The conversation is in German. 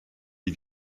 wie